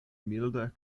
milda